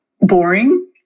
boring